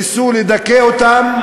ניסו לדכא אותם,